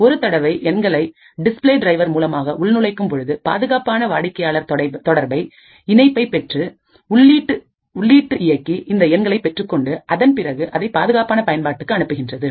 ஒரு தடவை எண்களை டிஸ்ப்ளே டிரைவர்மூலமாக உள் நுழைக்கும் பொழுது பாதுகாப்பான வாடிக்கையாளர் தொடர்பை இணைப்பை பெற்றுள்ள உள்ளீட்டு இயக்கி இந்த எண்களை பெற்றுக்கொண்டு அதன் பிறகு அதை பாதுகாப்பான பயன்பாட்டுக்கு அனுப்புகின்றது